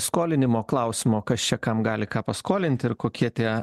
skolinimo klausimo kas čia kam gali ką paskolint ir kokie tie